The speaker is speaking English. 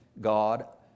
God